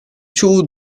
çoğu